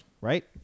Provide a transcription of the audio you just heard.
Right